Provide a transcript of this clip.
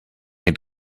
had